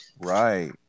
Right